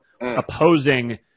opposing